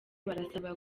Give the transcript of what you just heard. barasaba